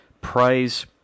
praise